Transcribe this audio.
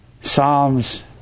Psalms